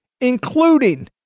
including